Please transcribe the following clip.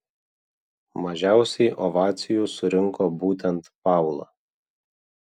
mažiausiai ovacijų surinko būtent paula